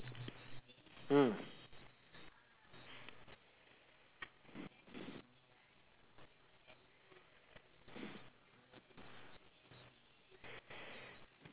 mm